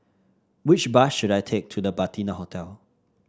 which bus should I take to The Patina Hotel